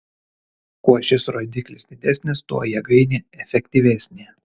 kuo šis rodiklis didesnis tuo jėgainė efektyvesnė